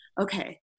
okay